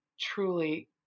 truly